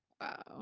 wow